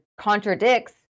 contradicts